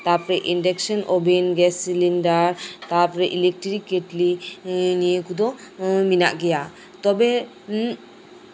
ᱛᱟᱨᱯᱚᱨᱮ induction oven gas cylinder ᱛᱟᱨᱯᱚᱨᱮ electric kettle ᱱᱤᱭᱟᱹ ᱠᱚᱫᱚ ᱢᱮᱱᱟᱜ ᱜᱮᱭᱟ ᱛᱚᱵᱮ